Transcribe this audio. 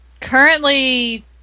Currently